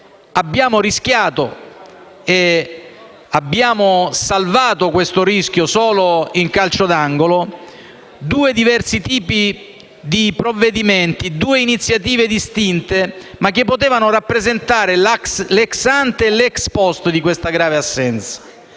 abbiamo rischiato - ed abbiamo evitato questo rischio solo in calcio d'angolo - due diversi tipi di provvedimenti, due iniziative distinte, ma che potevano rappresentare l'*ex ante* e l'*ex post* di questa grave assenza.